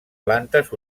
plantes